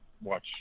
watch